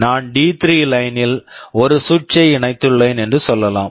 நான் D three D3 line line ல் ஒரு சுவிட்ச் switch ஐ இணைத்துள்ளேன் என்று சொல்லலாம்